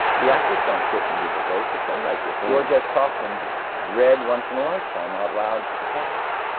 the actors don't sit and read the play, the playwright did. george s. kaufman read once in a lifetime out loud to the cast.